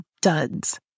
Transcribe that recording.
duds